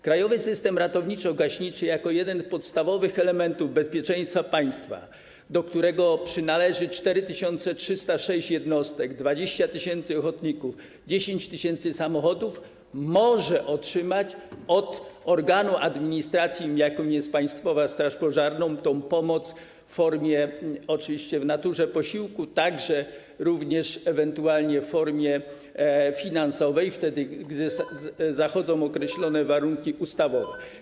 Krajowy system ratowniczo-gaśniczy jako jeden z podstawowych elementów bezpieczeństwa państwa, do którego przynależy 4306 jednostek, 20 tys. ochotników, 10 tys. samochodów, może otrzymać od organu administracji, jakim jest Państwowa Straż Pożarna, tę pomoc w naturze w formie posiłku, także ewentualnie w formie finansowej, wtedy gdy zachodzą określone warunki ustawowe.